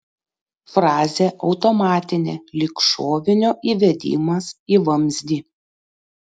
frazė automatinė lyg šovinio įvedimas į vamzdį